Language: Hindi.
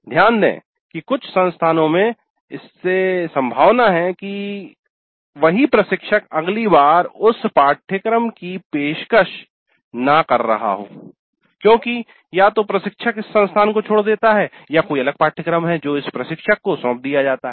ध्यान दें कि कुछ संस्थानों में इसकी सम्भावना है कि वही प्रशिक्षक अगली बार उसी पाठ्यक्रम की पेशकश न कर रहा हो क्योंकि या तो प्रशिक्षक इस संस्थान को छोड़ देता है या कोई अलग पाठ्यक्रम है जो इस प्रशिक्षक को सौंपा दिया जाता है